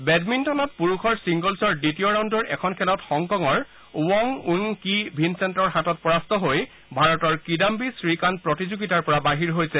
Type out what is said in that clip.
বেডমিণ্টনত পুৰুষৰ চিংগলছৰ দ্বিতীয় ৰাউণ্ডৰ এখন খেলত হংকঙৰ ৱং ৱিং কি ভিনচেণ্টৰ হাতত পৰাস্ত হৈ ভাৰতৰ কিদাম্বি শ্ৰীকান্ত প্ৰতিযোগিতাৰ পৰা বাহিৰ হৈছে